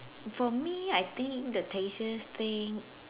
for me I think the tastiest thing